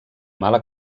mala